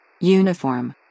Uniform